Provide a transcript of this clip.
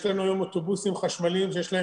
יש לנו היום אוטובוסים חשמליים שיש להם